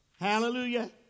Hallelujah